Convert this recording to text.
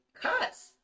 cuss